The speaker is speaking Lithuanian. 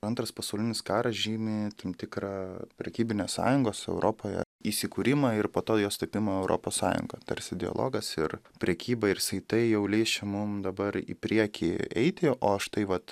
antras pasaulinis karas žymi tam tikrą prekybinės sąjungos europoje įsikūrimą ir po to jos tapimą europos sąjunga tarsi dialogas ir prekyba ir saitai jau leis čia mum dabar į priekį eiti o štai vat